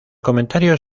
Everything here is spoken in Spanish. comentario